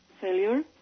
Failure